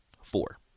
Four